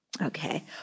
Okay